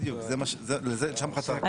בדיוק, לשם חתרתי.